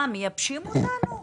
מייבשים אותנו.